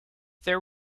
there